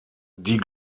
die